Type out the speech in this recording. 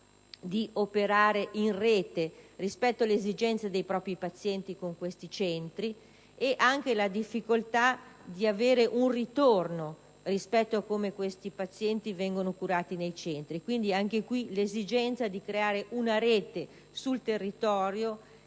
con questi centri rispetto alle esigenze dei propri pazienti e anche la difficoltà di avere un ritorno rispetto a come questi pazienti vengono curati nei centri. Quindi, vi è l'esigenza di creare una rete sul territorio